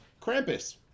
Krampus